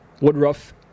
Woodruff